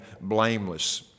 blameless